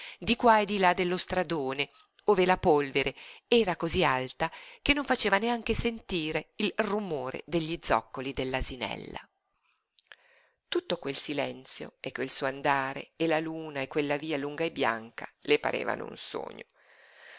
di qua e di là dello stradone ove la polvere era cosí alta che non faceva neanche sentire il rumore degli zoccoli dell'asinella tutto quel silenzio e quel suo andare e la luna e quella via lunga e bianca le parevano un sogno